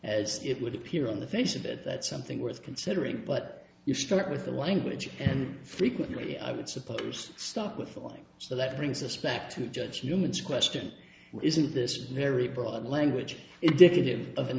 as it would appear on the face of it that's something worth considering but you start with the language and frequently i would suppose start with the line so that brings us back to judge humans question isn't this very broad language indicative of an